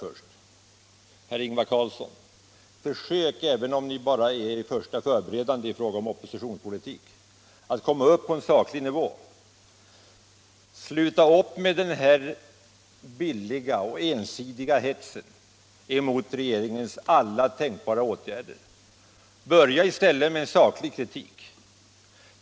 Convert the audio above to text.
Herr Ingvar Carlsson: Försök — även om ni bara tycks vara i första förberedande ännu i fråga om förmågan att driva oppositionspolitik — att komma upp på en saklig nivå! Sluta upp med den billiga och ensidiga hetsen mot regeringens alla tänkbara åtgärder! Börja i stället med saklig kritik!